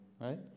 right